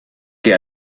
que